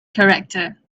character